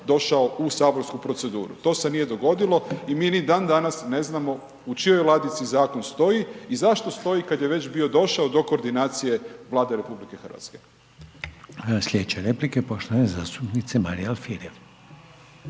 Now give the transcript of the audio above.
došao u saborsku proceduru. To se nije dogodilo i mi dan danas ne znamo u čijoj ladici zakon stoji i zašto stoji, kada je već bio došao do koordinacije Vlade RH? **Reiner, Željko (HDZ)** Sljedeća replika poštovane zastupnice Marije Alfirev.